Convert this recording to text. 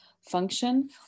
function